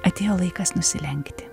atėjo laikas nusilenkti